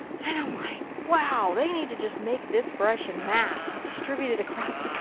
and i'm like. wow. they need to just make this brush in mass and distribute it across the